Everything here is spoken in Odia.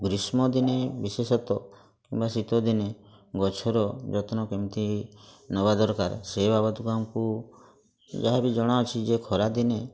ଗ୍ରୀଷ୍ମ ଦିନେ ବିଶେଷତଃ କିମ୍ବା ଶୀତ ଦିନେ ଗଛର ଯତ୍ନ କେମିତି ନବା ଦରକାର ସେଇ ବାବଦକୁ ଆମକୁ ଯାହା ବି ଜଣା ଅଛି ଯେ ଖରା ଦିନେ